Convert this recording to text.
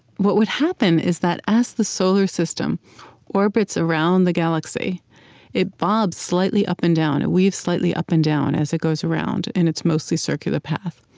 what would happen is that as the solar system orbits around the galaxy it bobs slightly, up and down, it weaves slightly, up and down, as it goes around in its mostly circular path.